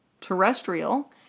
terrestrial